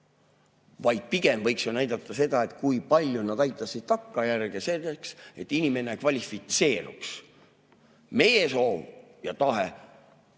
Pigem võiks ju näidata seda, kui palju nad aitasid takkajärgi kaasa sellele, et inimene kvalifitseeruks. Meie soov ja tahe